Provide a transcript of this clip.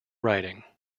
writing